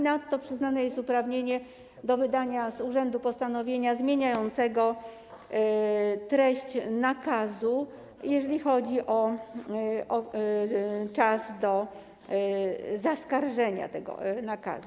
Nadto przyznane jest uprawnienie do wydania z urzędu postanowienia zmieniającego treść nakazu, jeżeli chodzi o czas na zaskarżenie tego nakazu.